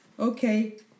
Okay